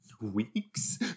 Weeks